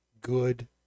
good